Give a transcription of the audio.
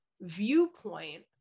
viewpoint